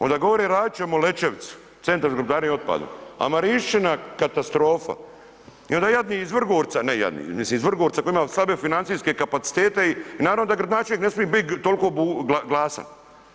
Onda govore radit ćemo Lećevicu, centar za gospodarenje otpadom, a Marišćina katastrofa i onda jadni iz Vrgorca, ne jadni, mislim iz Vrgorca koji ima slabe financijske kapacitete i naravno da gradonačelnik ne smije biti toliko glasan.